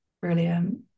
brilliant